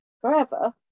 forever